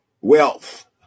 wealth